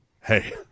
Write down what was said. hey